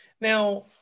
Now